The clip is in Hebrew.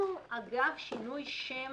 אנחנו אגב שינוי שם